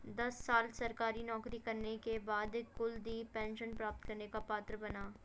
दस साल सरकारी नौकरी करने के बाद कुलदीप पेंशन प्राप्त करने का पात्र बना